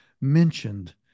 mentioned